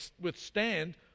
withstand